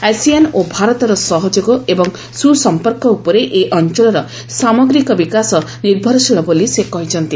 ASEAN ଓ ଭାରତର ସହଯୋଗ ଏବଂ ସୁସମ୍ପର୍କ ଉପରେ ଏ ଅଞ୍ଚଳର ସାମଗ୍ରୀକ ବିକାଶ ନିର୍ଭରଶୀଳ ବୋଲି ସେ କହିଛନ୍ତି